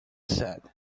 said